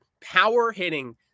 power-hitting